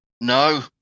No